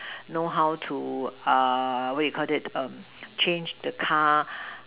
know how to err what you Call it um change the car